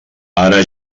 ara